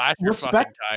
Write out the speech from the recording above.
Respect